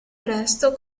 presto